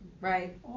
Right